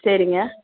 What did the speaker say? சரிங்க